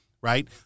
right